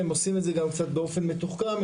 הם עושים את זה גם קצת באופן מתוחכם,